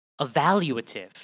evaluative